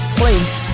place